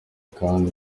kandi